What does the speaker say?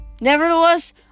Nevertheless